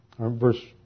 Verse